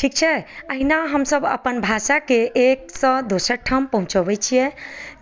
ठीक छै आओर अहिना हमसब अपन भाषाके एकसँ दोसर ठाम पहुचबै छियै